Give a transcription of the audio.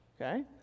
Okay